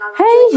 hey